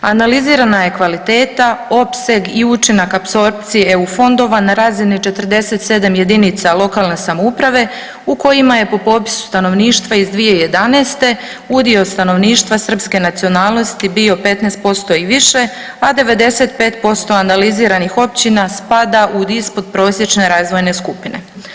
Analizirana je kvaliteta, opseg i učinak apsorpcije Eu fondova na razini 47 jedinica lokalne samouprave u kojima je po popisu stanovništva iz 2011. udio stanovništva srpske nacionalnosti bio 15% i više, a 95% analiziranih općina spada u ispodprosječne razvojne skupine.